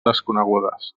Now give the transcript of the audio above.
desconegudes